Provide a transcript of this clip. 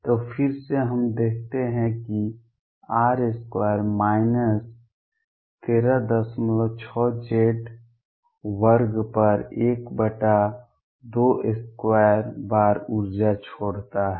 तो फिर से हम देखते हैं कि r2 माइनस 136 Z वर्ग पर 122 बार ऊर्जा छोड़ता है